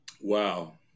Wow